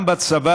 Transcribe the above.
גם בצבא,